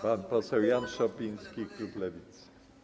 Pan poseł Jan Szopiński, klub Lewicy.